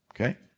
Okay